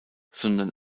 sondern